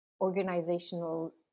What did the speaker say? organizational